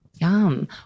Yum